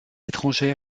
étrangère